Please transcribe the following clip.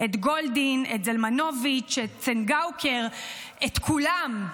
את גולדין, את זלמנוביץ', את צנגאוקר, את כולם.